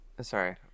Sorry